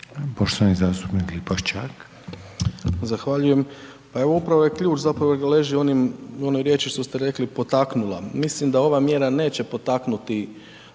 Tomislav (HDZ)** Zahvaljujem. Pa evo upravo je ključ zapravo leži u onoj riječi što ste rekli „potaknula“, mislim da ova mjera neće potaknuti